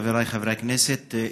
חבריי חברי הכנסת,